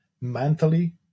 mentally